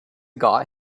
got